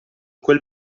quel